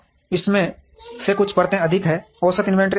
इनमें से कुछ परतें अधिक हैं औसत इन्वेंट्री अधिक है